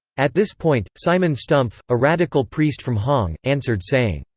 at this point, simon stumpf, a radical priest from hongg, answered saying,